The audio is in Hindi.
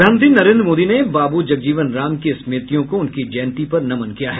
प्रधानमंत्री नरेन्द्र मोदी ने बाबू जगजीवन राम की स्मृतियों को नमन किया है